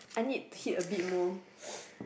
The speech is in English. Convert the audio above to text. I need hit a bit more